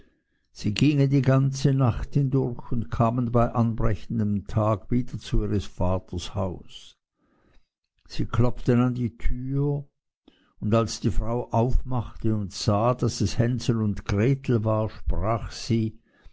sie gingen die ganze nacht hindurch und kamen bei anbrechendem tag wieder zu ihres vaters haus sie klopften an die tür und als die frau aufmachte und sah daß es hänsel und gretel war sprach sie